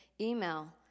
email